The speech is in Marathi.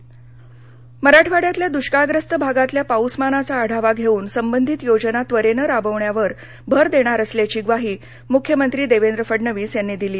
महाजनादेश मराठवाडयातल्या दुष्काळग्रस्त भागातल्या पाऊसमानाचा आढावा घेऊन संबंधित योजना त्वरेनं राबवण्यावर भर देणार असल्याची ग्वाही मुख्यमंत्री देवेंद्र फडणवीस यांनी दिली